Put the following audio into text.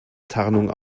tarnung